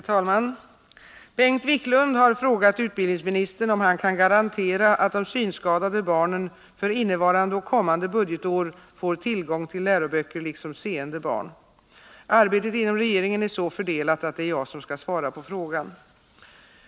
Herr talman! Bengt Wiklund har frågat utbildningsministern om han kan garantera att de synskadade barnen för innevarande och kommande budgetår får tillgång till läroböcker liksom seende barn. Arbetet inom regeringen är så fördelat att det är jag som skall svara på frågan.